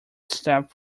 step